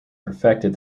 perfected